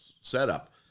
setup